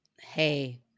Hey